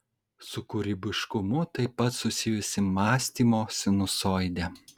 su kūrybiškumu taip pat susijusi mąstymo sinusoidė